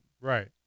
Right